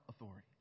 authority